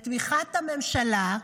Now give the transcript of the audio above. בתמיכת הממשלה,